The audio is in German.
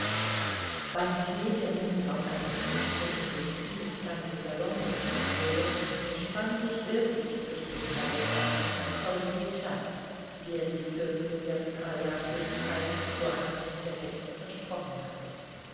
beim tee der ihnen auf einem tischchen in den kühlen kleinen salon gebracht wurde entspann sich wirklich zwischen den beiden damen a cosy chat wie es die fürstin twerskaja für die zeit bis zur ankunft der gäste versprochen hatte